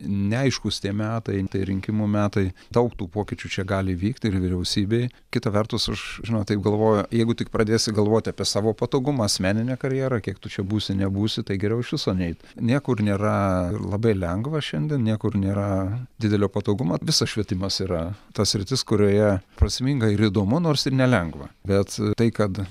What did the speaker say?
neaiškūs tie metai n tai rinkimų metai daug tų pokyčių čia gali vykt ir vyriausybėj kita vertus aš žinot taip galvoju jeigu tik pradėsi galvot apie savo patogumą asmeninę karjerą kiek tu čia būsi nebūsi tai geriau iš viso neit niekur nėra labai lengva šiandien niekur nėra didelio patogumo visas švietimas yra ta sritis kurioje prasminga ir įdomu nors ir nelengva bet tai kad